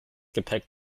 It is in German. gepäck